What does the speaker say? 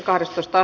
asia